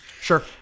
Sure